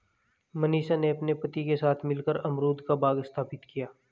मनीषा ने अपने पति के साथ मिलकर अमरूद का बाग स्थापित किया